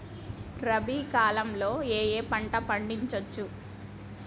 రబీ కాలంలో ఏ ఏ పంట పండించచ్చు?